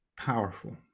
powerful